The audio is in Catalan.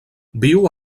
viu